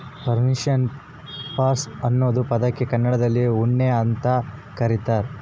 Persian ಪಾಷ್ಮಾ ಅನ್ನೋ ಪದಕ್ಕೆ ಕನ್ನಡದಲ್ಲಿ ಉಣ್ಣೆ ಅಂತ ಕರೀತಾರ